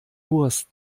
wurst